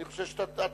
אני חושב שאתה צודק.